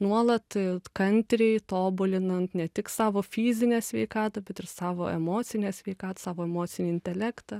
nuolat kantriai tobulinant ne tik savo fizinę sveikatą bet ir savo emocinę sveikatą savo emocinį intelektą